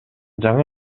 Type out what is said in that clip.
жаңы